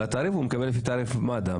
והוא יקבל לפי תעריף מד"א.